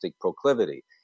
proclivity